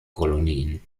kolonien